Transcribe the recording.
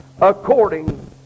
According